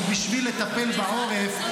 בשביל לטפל בעורף,